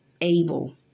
able